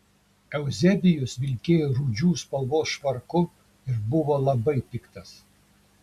euzebijus vilkėjo rūdžių spalvos švarku ir buvo labai piktas